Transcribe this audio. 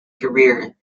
career